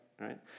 right